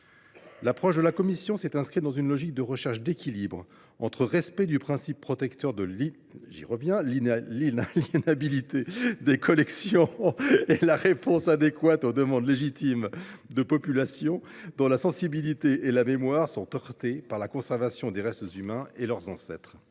L’approche de la commission s’est inscrite dans une recherche d’équilibre entre le respect du principe protecteur de l’inaliénabilité des collections et la réponse adéquate aux demandes légitimes de populations dont la sensibilité et la mémoire sont heurtées par la conservation des restes humains de leurs ancêtres.